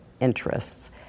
interests